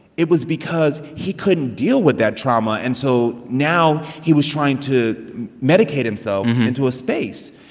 it was because he couldn't deal with that trauma. and so now, he was trying to medicate himself into a space.